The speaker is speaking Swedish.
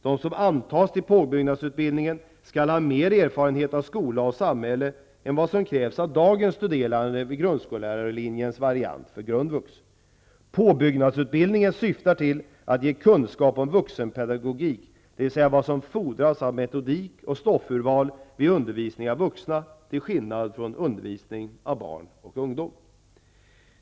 De som antas till påbyggnadsutbildningen skall ha mera erfarenhet av skola och samhälle än vad som krävs av dagens studerande vid grundskollärarlinjens variant för grundvux. Påbyggnadsutbildningen syftar till att ge kunskap om vuxenpedagogik, dvs. vad som fordras av metodik och stoffurval vid undervisning av vuxna till skillnad från undervisning av barn och ungdom.